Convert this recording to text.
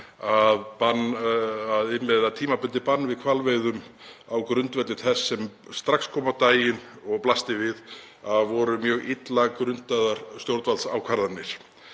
að innleiða tímabundið bann við hvalveiðum á grundvelli þess sem strax kom á daginn og blasti við að voru mjög illa grundaðar stjórnvaldsákvarðanir.